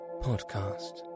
podcast